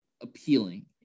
appealing